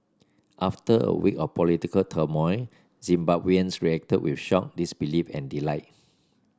after a week of political turmoil Zimbabweans reacted with shock disbelief and delight